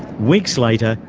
weeks later,